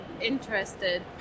interested